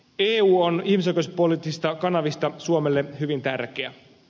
eu on ihmisoikeuspoliittisista kanavista suomelle hyvin tärkeä